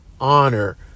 honor